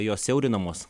jos siaurinamos